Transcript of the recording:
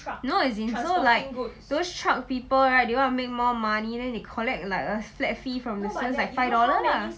no as in so like those truck people right they wanna make more money then they collect like a flat fee from the students like five dollars lah